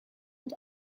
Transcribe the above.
not